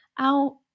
out